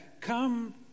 come